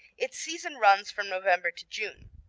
its season runs from november to june.